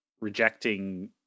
rejecting